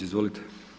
Izvolite!